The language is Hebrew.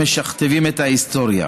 המשכתבים את ההיסטוריה.